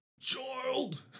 Child